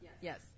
Yes